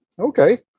Okay